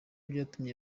byatumye